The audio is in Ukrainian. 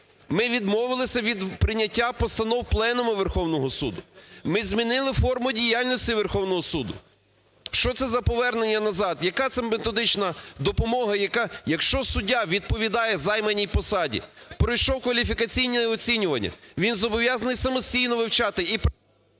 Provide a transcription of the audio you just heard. Ми відмовились від прийняття постанов Пленуму Верховного Суду. Ми змінили форму діяльності Верховного Суду. Що це за повернення назад, яка це методична допомога, яка… Якщо суддя відповідає займаній посаді, пройшов кваліфікаційні оцінювання, він зобов'язаний самостійно вивчати і…